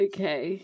Okay